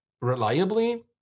reliably